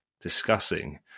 discussing